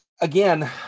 again